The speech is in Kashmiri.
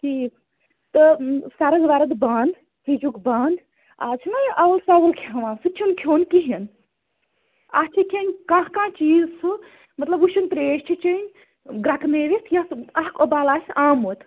ٹھیٖک تہٕ سرد ورد بند فرجُک بند آز چھِ نہ یہِ اول سول کھیٚوان سُہ چھُ نہٕ کھیٚون کِہیٖنۍ اتھ چھ کھیٚن کانٛہہ کانٛہہ چیٖز سُہ مَطلَب وُشُن تریٚش چھِ چیٚن گرکنٲیِتھ یتھ اکھ اُبال آسہِ آمُت